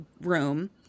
room